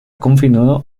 confinado